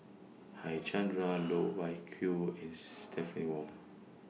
Harichandra Loh Wai Kiew and Stephanie Wong